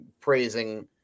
praising